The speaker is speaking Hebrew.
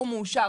הוא מאושר,